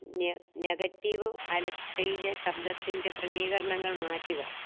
ന നെഗറ്റീവ് അലക്സയിലെ ശബ്ദത്തിന്റെ ക്രമീകരണങ്ങൾ മാറ്റുക